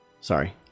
sorry